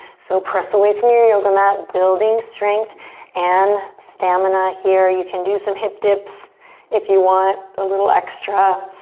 so press away from your yoga mat. building strength and stamina here. you can do some hip dips if you want a little extra.